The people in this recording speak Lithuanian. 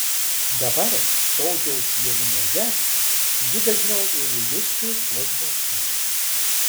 dabar sodžiaus vienumoje ji dažniau ėmė justi tuos džiaugsmus